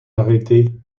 arrêter